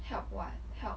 help what help